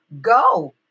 Go